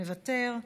מוותר,